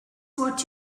what